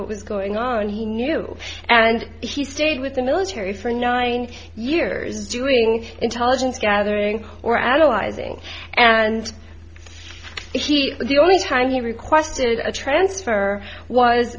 what was going on he knew and he stayed with the military for nine years doing intelligence gathering or advising and he the only time he requested a transfer was